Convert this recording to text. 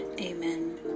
Amen